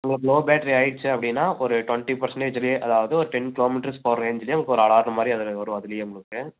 உங்களுக்கு low battery ஆயிடுச்சு அப்படின்னா ஒரு ட்வெண்ட்டி பர்ஸண்டேஜ்ல அதாவது ஒரு டென் கிலோமீட்டர் பேர் ரேஞ்சுலையும் ஒரு அலாரம்மாதிரி அதில் வரும் அதுலையே உங்களுக்கு